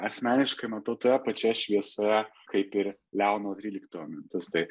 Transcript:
asmeniškai matau toje pačioje šviesoje kaip ir leono tryliktojo mintis tai